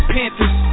Panthers